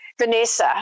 Vanessa